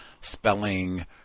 spelling